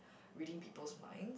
reading people's mind